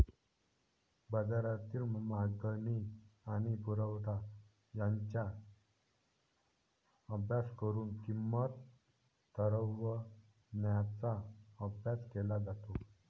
बाजारातील मागणी आणि पुरवठा यांचा अभ्यास करून किंमत ठरवण्याचा अभ्यास केला जातो